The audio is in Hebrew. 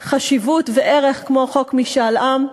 חשיבות וערך כמו חוק משאל עם.